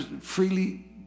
freely